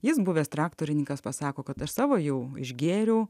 jis buvęs traktorininkas pasako kad aš savo jau išgėriau